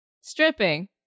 stripping